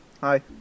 hi